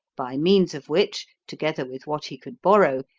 by means of which, together with what he could borrow,